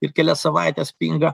ir kelias savaites pinga